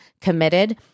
committed